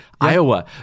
Iowa